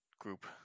group